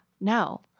No